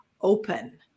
open